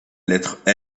lettre